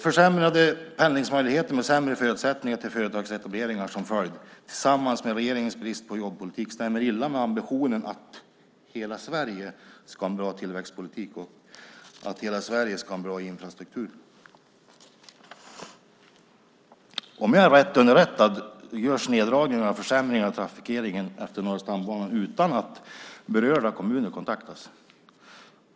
Försämrade pendlingsmöjligheter med sämre förutsättningar till företagsetableringar som följd tillsammans med regeringens brist på jobbpolitik stämmer illa med ambitionen att hela Sverige ska ha en bra tillväxtpolitik och en bra infrastruktur. Om jag är rätt underrättad görs neddragningarna och försämringarna i trafikeringen efter Norra stambanan utan att berörda kommuner kontaktas.